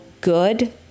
good